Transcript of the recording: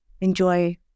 enjoy